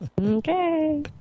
okay